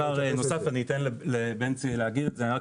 אני אתן לבנצי להגיד את זה.